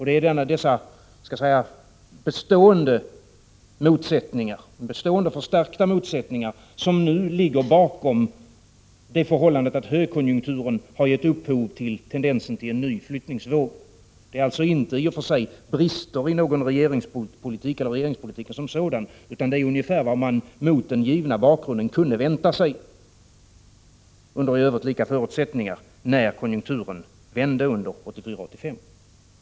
Det är dessa bestående och förstärkta motsättningar som nu ligger bakom det förhållandet att högkonjunkturen gett upphov till en tendens till en ny flyttningsvåg. Det är alltså i och för sig inte bristerna i någon regeringspolitik eller regeringspolitiken som sådan som är orsaken, utan detta är ungefär vad man mot den givna bakgrunden kunde vänta sig, under i övrigt lika förutsättningar, när konjunkturen vände under 1984-1985.